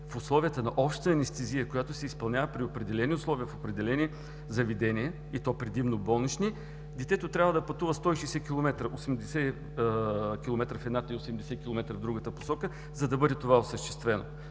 в условията на обща анестезия, която се изпълнява при определени условия в определени заведения, и то предимно болнични, детето трябва да пътува 160 км – 80 км в едната посока и 80 км в другата посока, за да бъде това осъществено.